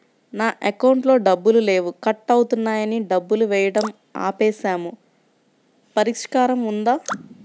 నా అకౌంట్లో డబ్బులు లేవు కట్ అవుతున్నాయని డబ్బులు వేయటం ఆపేసాము పరిష్కారం ఉందా?